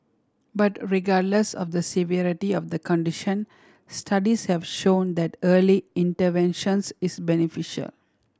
but regardless of the severity of the condition studies have shown that early interventions is beneficial